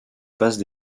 passe